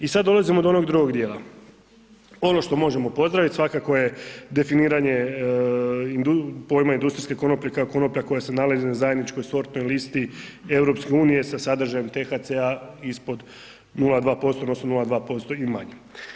I sad dolazimo do onog drugog dijela, ono što možemo pozdravit svakako je definiranje pojma industrijske konoplje kao konoplja koja se nalazi na zajedničkoj sortnoj listi EU sa sadržajem thc-a ispod 0,2% odnosno 0,2% i manje.